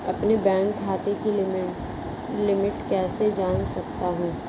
अपने बैंक खाते की लिमिट कैसे जान सकता हूं?